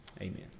Amen